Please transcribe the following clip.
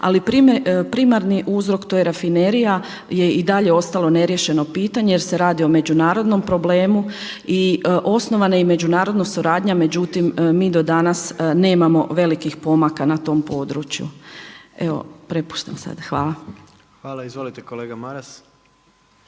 Ali primarni uzrok to je rafinerija je i dalje ostalo neriješeno pitanje jer se radi o međunarodnom problemu. Osnovana je i međunarodna suradnja, međutim mi do danas nemamo velikih pomaka na tom području. Evo prepuštam sada. Hvala. **Jandroković, Gordan